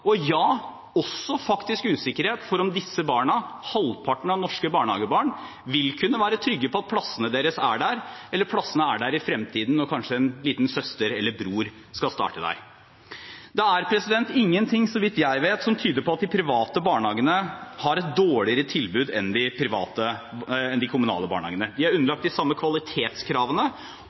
og ja, faktisk også usikkerhet for om disse barna, halvparten av norske barnehagebarn, vil kunne være trygge på at plassene deres er der, eller at plassene er der i fremtiden når kanskje en liten søster eller bror skal starte der. Det er ingenting, så vidt jeg vet, som tyder på at de private barnehagene har et dårligere tilbud enn de kommunale. De er underlagt de samme kvalitetskravene, og – som nevnt – foreldrene uttrykker at de